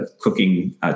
cooking